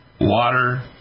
water